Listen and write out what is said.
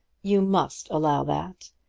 you must allow that,